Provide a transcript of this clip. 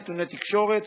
נתוני תקשורת),